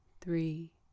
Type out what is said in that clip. three